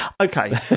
Okay